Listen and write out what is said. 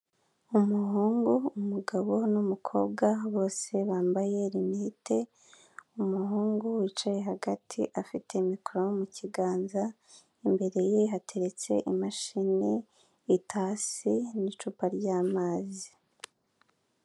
Umuhungu, umugabo n'umukobwa bose bambaye rinete, umuhungu wicaye hagati afite mikoro mukiganza imbere ye hateretse imashini, itasi, n'icupa ryamazi.